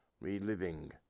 reliving